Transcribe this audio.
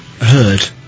heard